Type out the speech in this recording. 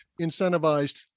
incentivized